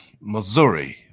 Missouri